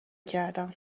کردم